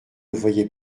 voyait